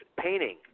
painting